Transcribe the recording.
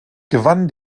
gewannen